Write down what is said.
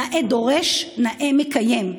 נאה דורש, נאה מקיים.